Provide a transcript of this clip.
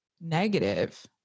negative